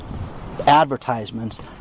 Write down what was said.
advertisements